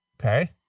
Okay